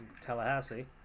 Tallahassee